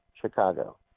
Chicago